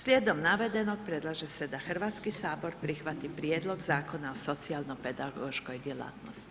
Slijedom navedenog predlaže se da Hrvatski sabor prihvati Prijedlog Zakona o socijalno pedagoškoj djelatnosti.